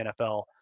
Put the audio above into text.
NFL